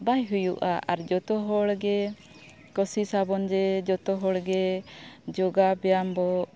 ᱵᱟᱭ ᱦᱩᱭᱩᱜᱼᱟ ᱟᱨ ᱡᱷᱚᱛᱚ ᱦᱚᱲᱜᱮ ᱠᱳᱥᱤᱥᱟᱵᱚᱱ ᱡᱮ ᱡᱷᱚᱛᱚ ᱦᱚᱲᱜᱮ ᱡᱳᱜᱟ ᱵᱮᱭᱟᱢ ᱵᱚᱱ